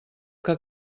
que